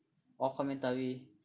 orh commentary